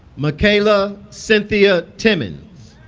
mekayla cynthia timmons